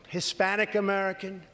Hispanic-American